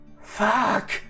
Fuck